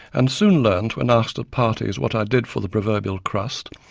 and soon learnt, when ah so at parties what i did for the proverbial crust,